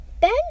Ben